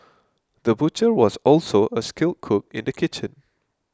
the butcher was also a skilled cook in the kitchen